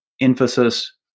emphasis